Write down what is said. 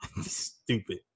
Stupid